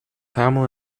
pamela